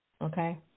Okay